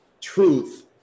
truth